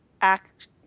act